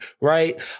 right